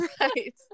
Right